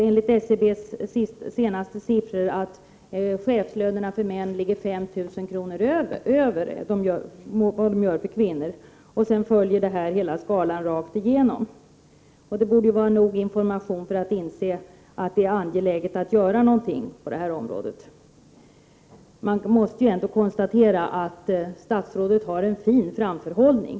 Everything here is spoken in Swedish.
Enligt SCB:s senaste siffror lär chefslönerna för män ligga 5 000 kronor över lönerna för kvinnor, och sedan följer hela skalan rakt igenom. Det borde vara nog information för att man skall inse att det är angeläget att göra någonting på detta område. Man måste ändå konstatera att statsrådet har en fin framförhållning.